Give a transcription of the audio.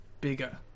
bigger